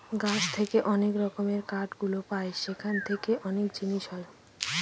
গাছ থেকে যে অনেক রকমের কাঠ গুলো পায় সেখান থেকে অনেক জিনিস হয়